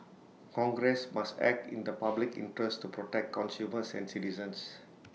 congress must act in the public interest to protect consumers and citizens